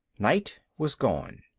night was gone,